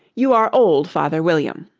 you are old, father william,